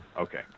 Okay